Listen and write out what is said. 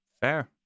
Fair